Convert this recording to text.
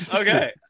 Okay